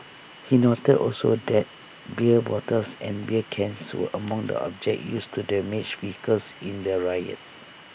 he noted also that beer bottles and beer cans were among the objects used to damage vehicles in the riot